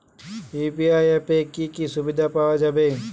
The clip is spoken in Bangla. ইউ.পি.আই অ্যাপে কি কি সুবিধা পাওয়া যাবে?